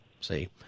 see